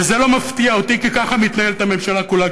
וזה לא מפתיע אותי כי ככה מתנהלת הממשלה כולה,